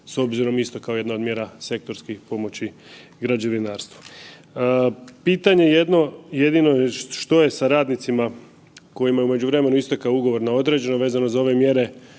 s obzirom isto kao jedna od mjera sektorskih pomoći građevinarstvu. Pitanje jedno, jedino je što je sa radnicima kojima je u međuvremenu istekao ugovor na određeno vezano za ove mjere,